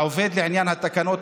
לעניין התקנות,